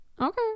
okay